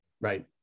right